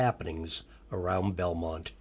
happenings around belmont